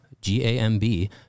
g-a-m-b